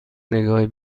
نگاهی